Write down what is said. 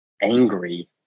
angry